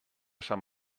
sant